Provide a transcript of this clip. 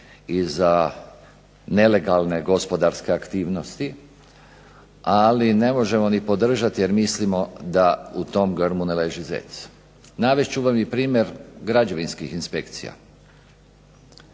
i za nelegalne gospodarske aktivnosti, ali ne možemo ni podržati jer mislimo da u tom grmu ne leži zec. Navest ću vam i primjer građevinskih inspekcija.